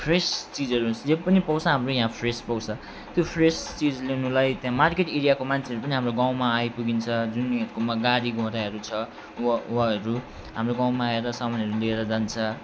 fresh चिजहरू होस् जे पनि पाउँछ हाम्रो यहाँ फ्रेस पाउँछ त्यो फ्रेस चिज ल्याउनुलाई त्यहाँ मार्केट एरियाको मान्छेहरू पनि हाम्रो गाउँमा आइपुगिन्छ जुन यहाँकोमा गाडी घोडाहरू छ व वहाँहरू हाम्रो गाउँमा आएर सामानहरू लिएर जान्छ